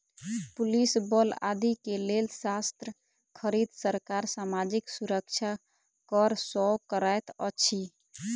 police बल आदि के लेल शस्त्र खरीद, सरकार सामाजिक सुरक्षा कर सँ करैत अछि